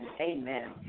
amen